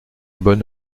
bonne